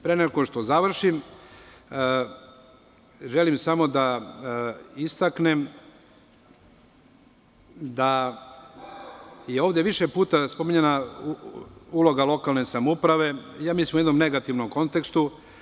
Pre nego što završim, želim samo da istaknem da je ovde više puta spominjana uloga lokalne samouprave, u jednom negativnom kontekstu.